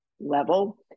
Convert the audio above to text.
level